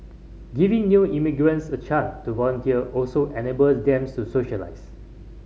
giving new immigrants a chance to volunteer also enables them so socialise